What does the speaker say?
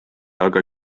aga